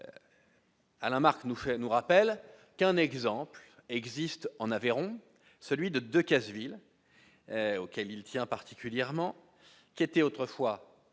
nous fait nous rappelle qu'un exemple existe en Aveyron, celui de Decazeville auquel il tient particulièrement, qui était autrefois